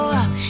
up